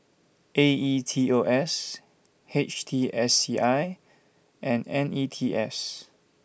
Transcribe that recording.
A E T O S H T S C I and N E T S